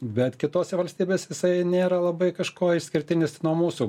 bet kitose valstybėse jisai nėra labai kažkuo išskirtinis nuo mūsų